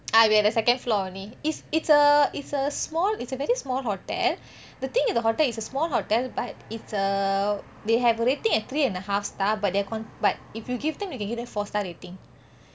ah we at the second floor only it's is it's a it's a small it's a very small hotel the thing in the hotel is a small hotel but it's a they have a rating at three and a half star but they are con~ but if you give them you can give them four star rating